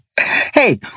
Hey